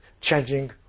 changing